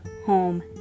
home